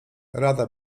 rada